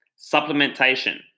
supplementation